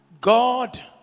God